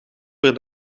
per